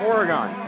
Oregon